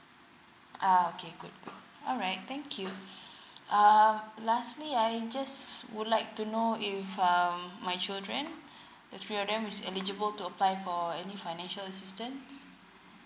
uh okay good good alright thank you um uh lastly I just would like to know if um my children the children is eligible to apply for any financial assistance